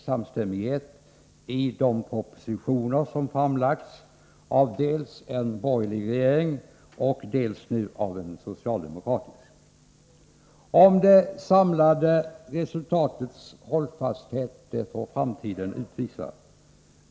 samstämmighet i, de propositioner som framlagts, av dels en; borgerlig regering, dels.en sogialde-; mokratisk,, Om det.samlade, resultatet är hållfast fån framtiden utvisa.